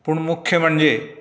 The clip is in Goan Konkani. पूण मुख्य म्हणजे